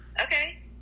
okay